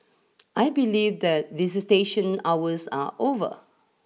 I believe that visitation hours are over